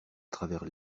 travers